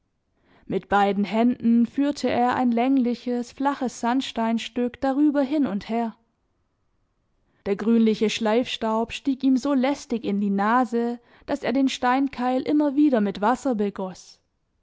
mit beiden händen führte er ein längliches flaches sandsteinstück darüber hin und her der grünliche schleifstaub stieg ihm so lästig in die nase daß er den steinkeil immer wieder mit wasser begoß